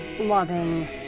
loving